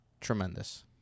tremendous